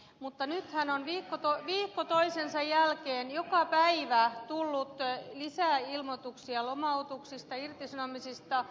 mutta nythän on viikko toisensa jälkeen joka päivä tullut lisää ilmoituksia lomautuksista irtisanomisista